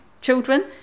children